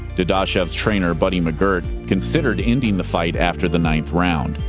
dadashev's trainer, buddy mcgirt, considered ending the fight after the ninth round.